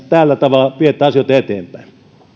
tällä tavalla viette asioita eteenpäin